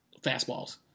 fastballs